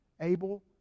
Abel